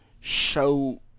show